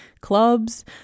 clubs